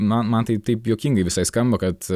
na man tai taip juokingai visai skamba kad